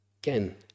Again